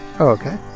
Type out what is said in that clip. Okay